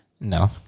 No